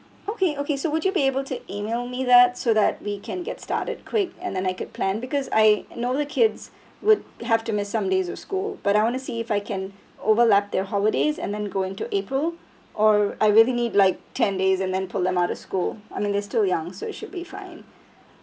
okay okay so would you be able to email me that so that we can get started quick and then I could plan because I know the kids would have to miss some days of school but I want to see if I can overlap their holidays and then go into april or I really need like ten days and then pull them out the school I mean they're still young so it should be fine